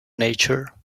nature